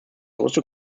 also